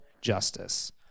justice